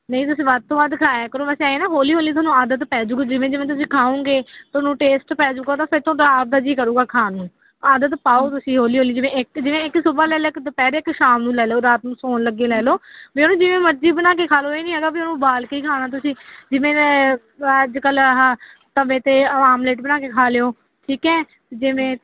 ਨਹੀਂ ਤੁਸੀਂ ਵੱਧ ਤੋਂ ਵੱਧ ਖਾਇਆ ਕਰੋ ਬਸ ਐਂ ਨਾ ਹੌਲੀ ਹੌਲੀ ਤੁਹਾਨੂੰ ਆਦਤ ਪੈ ਜੂਗੀ ਜਿਵੇਂ ਜਿਵੇਂ ਤੁਸੀਂ ਖਾਓਂਗੇ ਤੁਹਾਨੂੰ ਟੇਸਟ ਪੈ ਜੂਗਾ ਉਹਦਾ ਤਾਂ ਫਿਰ ਤੁਹਾਡਾ ਆਪਣਾ ਜੀ ਕਰੂਗਾ ਖਾਣ ਨੂੰ ਆਦਤ ਪਾਓ ਤੁਸੀਂ ਹੋਲੀ ਹੋਲੀ ਜਿਵੇਂ ਇੱਕ ਜਿਵੇਂ ਇੱਕ ਸੁਬਾਹ ਲੈ ਲਿਆ ਇੱਕ ਦੁਪਹਿਰੇ ਇੱਕ ਸ਼ਾਮ ਨੂੰ ਲੈ ਲਓ ਰਾਤ ਨੂੰ ਸੋਣ ਲੱਗੇ ਲੈ ਲਓ ਵੀ ਉਹ ਜਿਵੇਂ ਮਰਜ਼ੀ ਬਣਾ ਕੇ ਖਾ ਲਓ ਇਹ ਨਹੀਂ ਹੈਗਾ ਵੀ ਉਹਨੂੰ ਉਬਾਲ ਕੇ ਹੀ ਖਾਣਾ ਤੁਸੀਂ ਜਿਵੇਂ ਅੱਜ ਕੱਲ੍ਹ ਆਹਾ ਤਵੇ 'ਤੇ ਆਮਲੇਟ ਬਣਾ ਕੇ ਖਾ ਲਿਓ ਠੀਕ ਹੈ ਜਿਵੇਂ